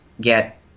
get